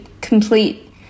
complete